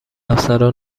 افسران